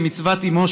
כמצוות אימו,